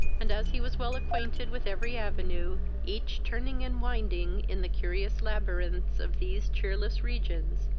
and, as he was well acquainted with every avenue, each turning and winding in the curious labyrinths of these cheerless regions,